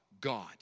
God